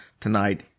tonight